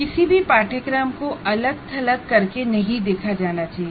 किसी भी कोर्स को अलग थलग करके नहीं देखा जाना चाहिए